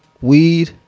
weed